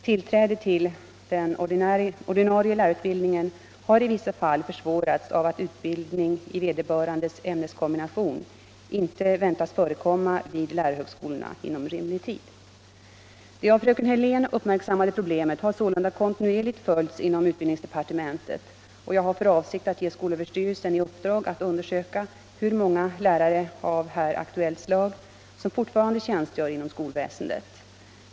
Tillträde till den ordinarie lärarutbildningen har i vissa fall försvårats av att utbildning i vederbörandes ämneskombination inte väntas förekomma vid lärarhögskolorna inom rimlig tid. Det av fröken Hörlén uppmärksammade problemet har sålunda kontinuerligt följts inom utbildningsdepartementet, och jag har för avsikt att ge skolöverstyrelsen i uppdrag att undersöka hur många lärare av 9 här aktuellt slag som fortfarande tjänstgör inom skolväsendet.